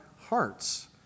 hearts